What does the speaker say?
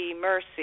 Mercy